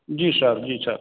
जी sir जी sir